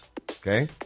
Okay